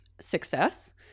success